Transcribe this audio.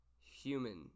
human